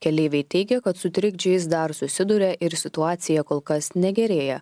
keleiviai teigia kad su trikdžiais dar susiduria ir situacija kol kas negerėja